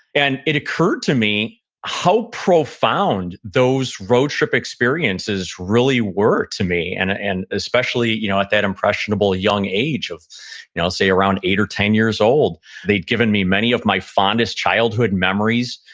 and it occurred to me how profound those road trip experiences really were to me, and ah and especially you know at that impressionable, young age, of you know say around eight or ten years old they'd given me many of my fondest childhood memories.